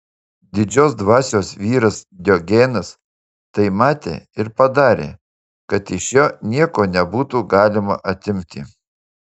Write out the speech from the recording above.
didžios dvasios vyras diogenas tai matė ir padarė kad iš jo nieko nebūtų galima atimti